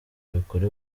buri